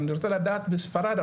אני רוצה לדעת בספרד,